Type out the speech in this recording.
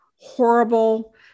horrible